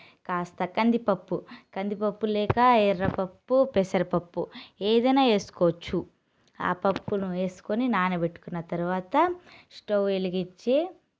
కాస్త కందిపప్పు కందిపప్పు లేక ఎర్ర పప్పు పెసరపప్పు ఏదైనా వేసుకోవచ్చు ఆ పప్పుని వేసుకుని నానబెట్టుకున్న తర్వాత స్టవ్ వెలిగించి